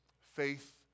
Faith